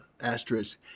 asterisk